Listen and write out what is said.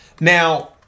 Now